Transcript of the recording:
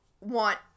want